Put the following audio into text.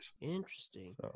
interesting